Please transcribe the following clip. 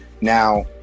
Now